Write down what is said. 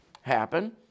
happen